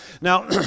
Now